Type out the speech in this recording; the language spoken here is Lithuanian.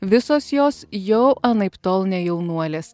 visos jos jau anaiptol ne jaunuolės